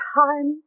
time